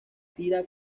tira